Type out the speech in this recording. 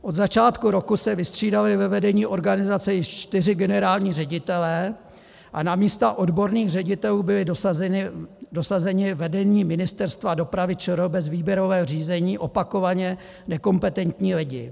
Od začátku roku se vystřídali ve vedení organizace již čtyři generální ředitelé a na místa odborných ředitelů byli dosazeni vedením Ministerstva dopravy ČR bez výběrového řízení opakovaně nekompetentní lidi.